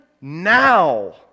now